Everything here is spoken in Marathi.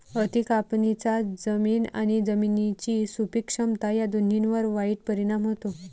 अति कापणीचा जमीन आणि जमिनीची सुपीक क्षमता या दोन्हींवर वाईट परिणाम होतो